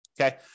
Okay